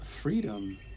freedom